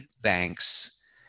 banks